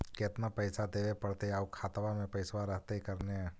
केतना पैसा देबे पड़तै आउ खातबा में पैसबा रहतै करने?